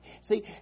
See